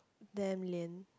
damn lian